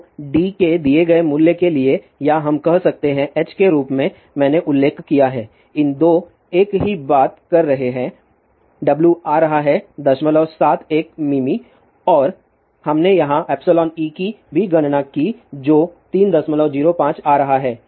तो d के दिए गए मूल्य के लिए या हम कह सकते हैं h के रूप में मैंने उल्लेख किया है इन 2 एक ही बात कर रहे हैं W आ रहा है दशमलव सात एक मिमी और हमने यहाँ εe की भी गणना की जो 305 आ रहा है